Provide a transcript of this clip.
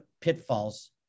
pitfalls